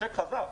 השיק חזר.